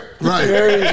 right